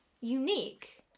unique